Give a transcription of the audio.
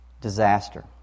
disaster